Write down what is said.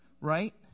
right